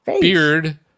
beard